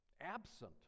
absent